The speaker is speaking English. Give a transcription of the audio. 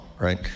right